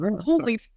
holy